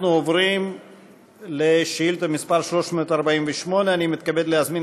אנחנו עוברים לשאילתה מס' 348. אני מתכבד להזמין